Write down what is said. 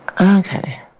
Okay